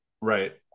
right